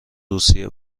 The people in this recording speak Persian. روسیه